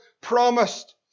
promised